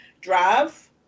drive